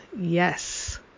Yes